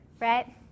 right